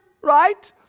Right